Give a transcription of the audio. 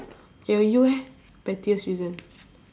ya you eh pettiest reason